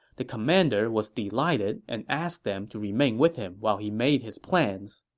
the commander was delighted and asked them to remain with him while he made his plans